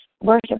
Worship